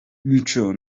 mico